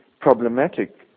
problematic